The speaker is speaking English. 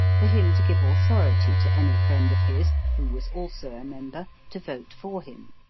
for him to give authority to any friend of his, who was also a member, to vote for him.